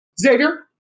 Xavier